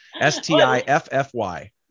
S-T-I-F-F-Y